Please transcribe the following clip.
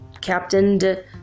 captained